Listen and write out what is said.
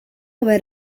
aver